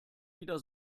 wieder